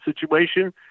situation